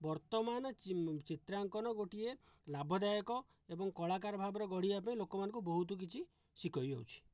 ବର୍ତ୍ତମାନ ଚିତ୍ରାଙ୍କନ ଗୋଟିଏ ଲାଭଦାୟକ ଏବଂ କଳାକାର ଭାବରେ ଗଢ଼ିବା ପାଇଁ ଲୋକମାନଙ୍କୁ ବହୁତ କିଛି ଶିଖାଇ ହେଉଛି